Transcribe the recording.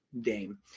Dame